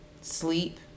sleep